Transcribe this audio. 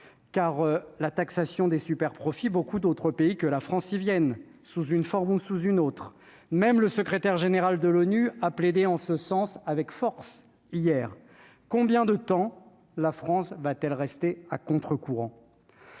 ! La taxation des superprofits, beaucoup d'autres pays que la France y viennent, sous une forme ou sous une autre, et même le secrétaire général de l'ONU a plaidé en ce sens avec force, hier. Combien de temps la France continuera-t-elle de ramer à contre-courant ?